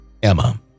Emma